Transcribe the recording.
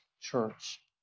church